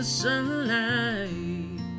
sunlight